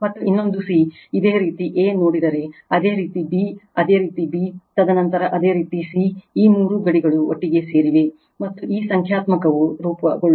ಮತ್ತು ಇನ್ನೊಂದು c ಇದೇ ರೀತಿ a ನೋಡಿದರೆ ಅದೇ ರೀತಿ b ಅದೇ ರೀತಿ b ತದನಂತರ ಅದೇ ರೀತಿ c ಈ ಮೂರು ಗಡಿಗಳು ಒಟ್ಟಿಗೆ ಸೇರಿವೆ ಮತ್ತು ಈ ಸಂಖ್ಯಾತ್ಮಕವು ರೂಪುಗೊಳ್ಳುತ್ತದೆ